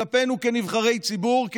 כלפינו כנבחרי ציבור, כמנהיגים,